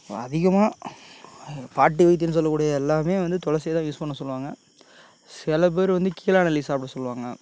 அதிகமாக பாட்டி வைத்தியன்னு சொல்லக்கூடிய எல்லாமே வந்து துளசி தான் யூஸ் பண்ண சொல்லுவாங்க சில பேர் வந்து கீழாநெல்லி சாப்பிட சொல்லுவாங்க